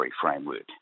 framework